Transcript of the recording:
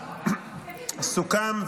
סוכם,